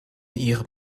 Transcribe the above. ihrem